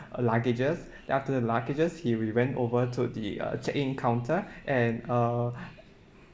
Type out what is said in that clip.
luggages then after the luggages he we over to the uh check in counter and uh